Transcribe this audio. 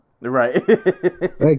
right